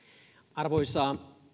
arvoisa